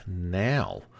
now